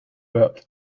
verbs